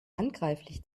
handgreiflich